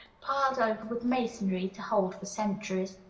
piled over with masonry, to hold for centuries.